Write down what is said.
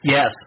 Yes